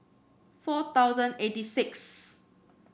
four thousand eighty sixth